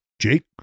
Jake